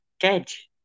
catch